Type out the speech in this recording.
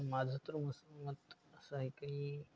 माझ तर असं मत असं आहे की